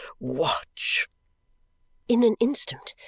watch in an instant,